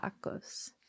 tacos